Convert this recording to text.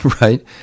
right